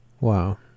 Wow